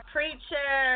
Preacher